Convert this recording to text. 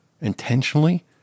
intentionally